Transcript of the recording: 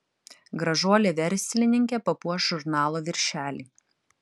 gražuolė verslininkė papuoš žurnalo viršelį